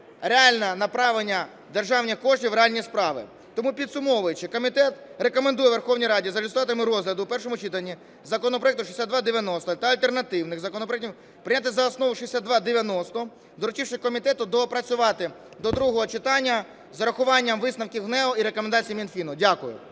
реальне направлення державних коштів в реальні справи. Тому, підсумовуючи, комітет рекомендує Верховній Раді за результатами розгляду в першому читанні законопроекту 6290 та альтернативних законопроектів прийняти за основу 6290, доручивши комітету доопрацювати до другого читання з урахуванням висновків ГНЕУ і рекомендацій Мінфіну. Дякую.